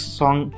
song